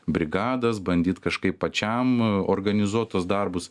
brigadas bandyt kažkaip pačiam organizuot tuos darbus